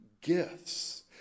gifts